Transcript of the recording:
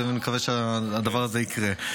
ומקווה שהדבר הזה יקרה.